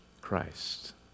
Christ